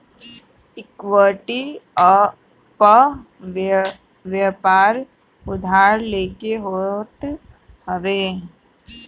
equity पअ व्यापार उधार लेके होत हवे